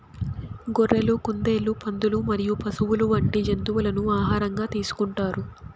గొర్రెలు, కుందేళ్లు, పందులు మరియు పశువులు వంటి జంతువులను ఆహారంగా తీసుకుంటారు